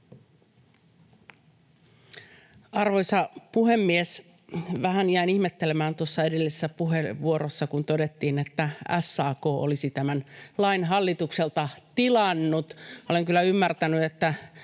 Arvoisa puhemies! Vähän jään ihmettelemään, kun tuossa edellisessä puheenvuorossa todettiin, että SAK olisi tämän lain hallitukselta tilannut. Olen kyllä ymmärtänyt, että